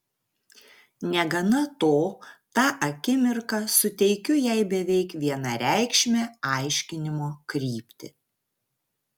negana to tą akimirką suteikiu jai beveik vienareikšmę aiškinimo kryptį